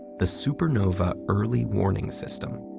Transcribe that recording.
the supernova early warning system.